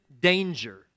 danger